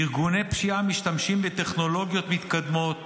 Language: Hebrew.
ארגוני פשיעה משתמשים בטכנולוגיות מתקדמות,